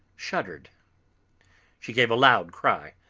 shuddered she gave a loud cry,